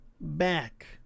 back